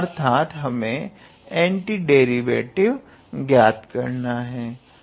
अर्थात हमें एंटीडेरिवेटिव ज्ञात करना है